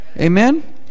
amen